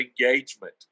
engagement